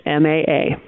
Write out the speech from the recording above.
MAA